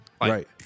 right